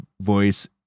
voice